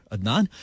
Adnan